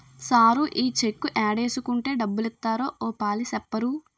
sir ఈ cheque ఏడేసుకుంటే డబ్బులిత్తారో ఓ పాలి సెప్పరూ